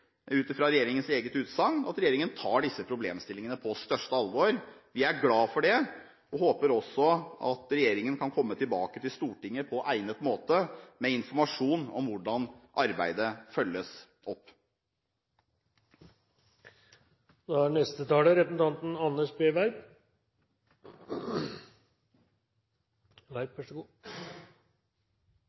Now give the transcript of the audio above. ut fra regjeringens eget utsagn – at regjeringen tar disse problemstillingene på største alvor. Vi er glad for det og håper også at regjeringen kan komme tilbake til Stortinget på egnet måte med informasjon om hvordan arbeidet følges